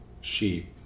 sheep